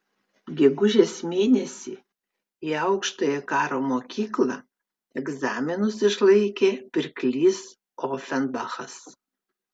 gegužės mėnesį į aukštąją karo mokyklą egzaminus išlaikė pirklys ofenbachas